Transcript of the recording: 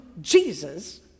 Jesus